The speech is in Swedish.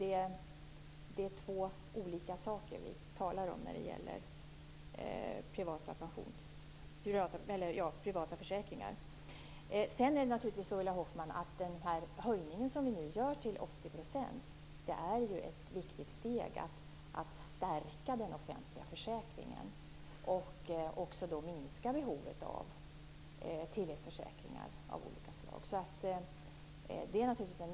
Det är alltså två olika saker som vi talar om när det gäller privata försäkringar. Ulla Hoffmann, den höjning till 80 % som vi nu gör är ett viktigt steg för att stärka den offentliga försäkringen och för att minska behovet av tilläggsförsäkringar av olika slag.